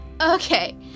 Okay